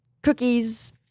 Cookies